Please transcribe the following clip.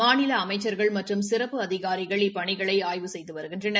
மாநில அச்ச்கள் மற்றும் சிறப்பு அதிகாரிகள் இப்பணிகளை ஆய்வு செய்து வருகின்றனர்